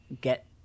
get